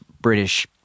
British